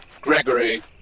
Gregory